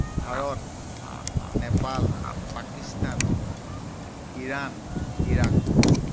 Bharat Nepal Pakistan Iran Iraq